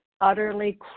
utterly